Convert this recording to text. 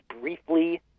briefly